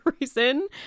reason